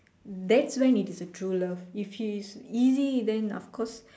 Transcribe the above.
that's one it is a true love if it's easy then of course